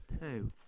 two